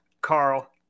Carl